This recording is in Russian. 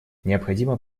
необходимо